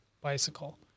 bicycle